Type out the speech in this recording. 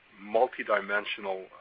multi-dimensional